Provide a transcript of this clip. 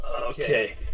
Okay